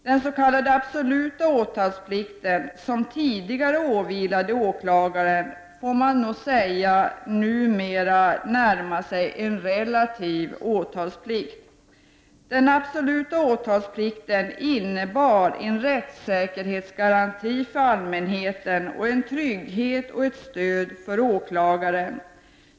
Den s.k. absoluta åtalsplikt som tidigare har åvilat åklagaren får numera anses närma sig en relativ åtalsplikt. Den absoluta åtalsplikten innebar en rättssäkerhetsgaranti för allmänheten och en trygghet och ett stöd för åklagaren.